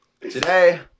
Today